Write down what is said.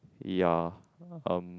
ya um